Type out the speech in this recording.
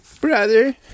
Brother